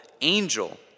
angel